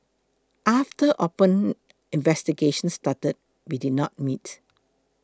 after open investigations started we did not meet